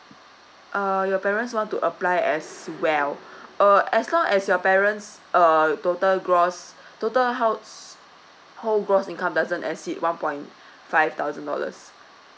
uh your parents want to apply as well uh as long as your parents err total gross total household gross income doesn't exceed one point five thousand dollars